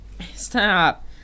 Stop